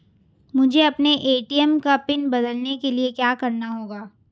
मुझे अपने ए.टी.एम का पिन बदलने के लिए क्या करना होगा?